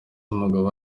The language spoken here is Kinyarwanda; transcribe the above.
umugabo